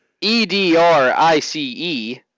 E-D-R-I-C-E